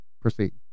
Proceed